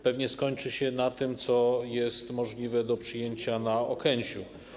Pewnie skończy się na tym, co jest możliwe do przyjęcia na Okęciu.